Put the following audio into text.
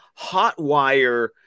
hotwire